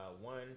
one